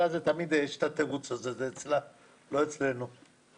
שמטרת החוק היא רק להעביר מידע למשרד החינוך ולרשויות המקומיות,